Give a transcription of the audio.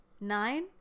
Nine